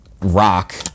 rock